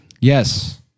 Yes